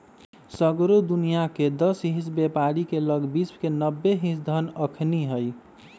सगरो दुनियाँके दस हिस बेपारी के लग विश्व के नब्बे हिस धन अखनि हई